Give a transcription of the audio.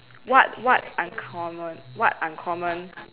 what what uncommon what uncommon